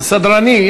סדרנים,